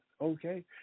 okay